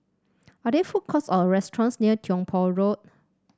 are there food courts or restaurants near Tiong Poh Road